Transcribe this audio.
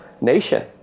nation